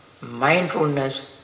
mindfulness